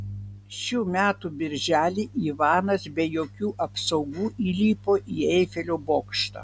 šių metų birželį ivanas be jokių apsaugų įlipo į eifelio bokštą